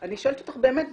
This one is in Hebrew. אני שואלת אותך באמת,